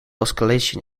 oscillation